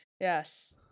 Yes